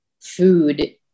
food